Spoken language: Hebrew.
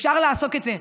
אפשר לעשות את זה,